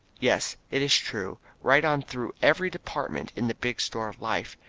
yes, it is true, right on through every department in the big store of life,